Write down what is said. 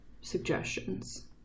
suggestions